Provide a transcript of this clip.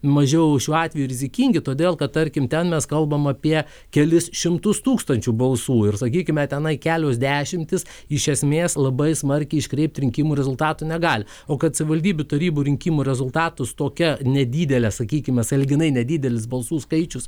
mažiau šiuo atveju rizikingi todėl kad tarkim ten mes kalbame apie kelis šimtus tūkstančių balsų ir sakykime tenai kelios dešimtys iš esmės labai smarkiai iškreipt rinkimų rezultatų negali o kad savivaldybių tarybų rinkimų rezultatus tokia nedidelė sakykime sąlyginai nedidelis balsų skaičius